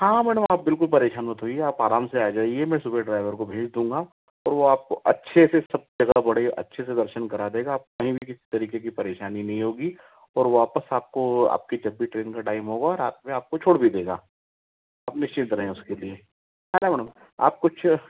हाँ मैडम आप बिल्कुल परेशान मत होइए आप आराम से आ जाइए मैं सुबह ड्राइवर को भेज दूँगा और वो आपको अच्छे से सब जगह बढ़िया अच्छे से दर्शन करा देगा आप कहीं भी किसी तरीके की परेशानी नहीं होगी और वापस आपको आपकी जब भी ट्रेन का टाइम होगा रात में आपको छोड़ भी देगा आप निश्चिंत रहे उसके लिए है न मैडम आप कुछ